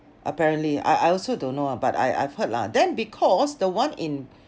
apparently I I also don't know ah but I I've heard lah then because the one in